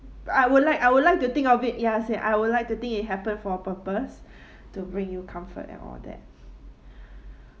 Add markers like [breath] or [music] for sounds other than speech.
I would like I would like to think of it ya I said I would like to think it happen for a purpose [breath] to bring you comfort and all that [breath]